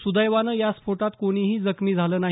सुदैवानं या स्फोटात कोणीही जखमी झालं नाही